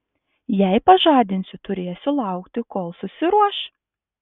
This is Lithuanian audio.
jei pažadinsiu turėsiu laukti kol susiruoš